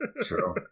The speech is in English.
True